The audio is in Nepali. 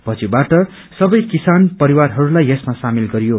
पछिबाट सबै किसान परिवारहरूलाई यसमा सामेल गरियो